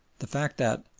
the fact that,